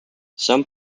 some